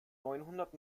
neunhundert